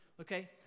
okay